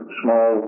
small